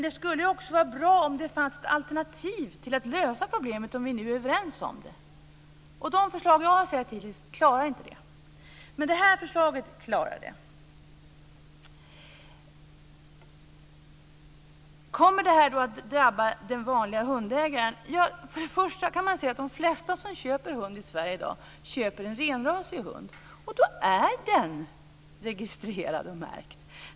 Det skulle också vara bra om det fanns ett alternativ till att lösa problemet om vi nu är överens om det. De förslag som jag hittills har sett klarar inte det, men det här förslaget klarar det. Kommer det här att drabba den vanliga hundägaren? Först och främst går det att se att de flesta som köper hund i Sverige i dag köper en renrasig hund. Då är den registrerad och märkt.